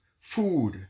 food